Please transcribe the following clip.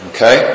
Okay